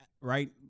right